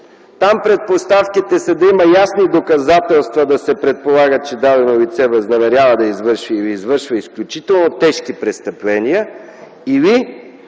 Там предпоставките са да има ясни доказателства да се предполага, че дадено лице възнамерява да извърши или извършва изключително тежки престъпления, или